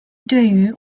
对于